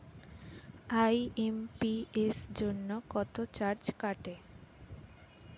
IMPS জন্য কত charge কাটে?